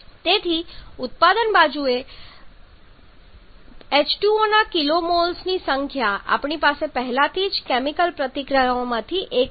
તેથી ઉત્પાદન બાજુ પર H2O ના kmols ની સંખ્યા આપણી પાસે પહેલાથી જ કેમિકલ પ્રતિક્રિયામાંથી 1